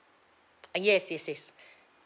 uh yes yes yes